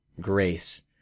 grace